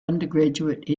undergraduate